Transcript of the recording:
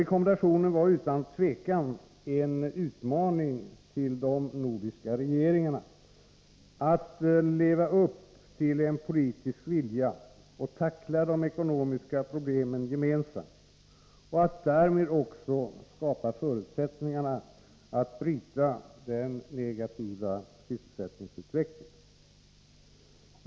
Rekommendationen var utan tvivel en uppmaning till de nordiska regeringarna att leva upp till en uttalad politisk vilja och att gemensamt tackla de ekonomiska problemen, för att därmed också skapa förutsättningar för att bryta den negativa sysselsättningsutvecklingen.